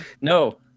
no